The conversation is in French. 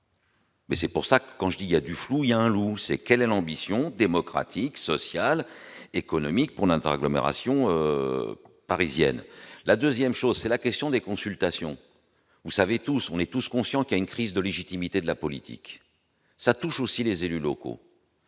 Mais c'est pour ça que quand je dis y a du flou, il y a un loup c'est quelle est l'ambition démocratique, sociale, économique pour l'Inter agglomération parisienne la 2ème chose c'est la question des consultations, vous savez tous, on est tous conscient qu'il y a une crise de légitimité de la politique, ça touche aussi les élus locaux,